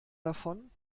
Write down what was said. davon